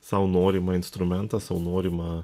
sau norimą instrumentą sau norimą